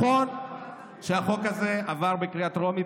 נכון שהחוק הזה עבר בקריאה טרומית